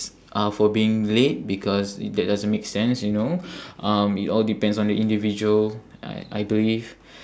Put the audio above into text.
uh for being late because that doesn't make sense you know um it all depends on the individual I I believe